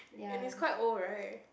and is quite old right